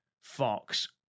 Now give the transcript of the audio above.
Fox